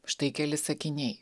štai keli sakiniai